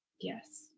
Yes